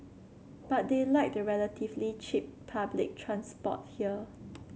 but they like the relatively cheap public transport here